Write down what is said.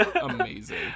amazing